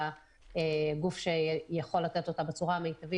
והגוף שיכול לתת אותה בצורה המיטבית